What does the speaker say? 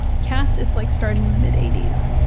cats, it's like starting in the mid eighty s.